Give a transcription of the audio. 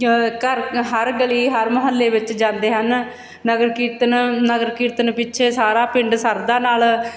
ਘਰ ਹਰ ਗਲੀ ਹਰ ਮੁਹੱਲੇ ਵਿੱਚ ਜਾਂਦੇ ਹਨ ਨਗਰ ਕੀਰਤਨ ਨਗਰ ਕੀਰਤਨ ਪਿੱਛੇ ਸਾਰਾ ਪਿੰਡ ਸ਼ਰਧਾ ਨਾਲ